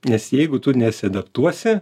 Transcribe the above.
nes jeigu tu nesiadaptuosi